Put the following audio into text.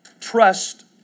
trust